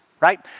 right